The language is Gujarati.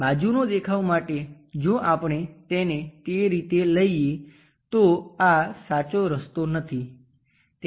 બાજુનો દેખાવ માટે જો આપણે તેને તે રીતે લઈએ તો આ સાચો રસ્તો નથી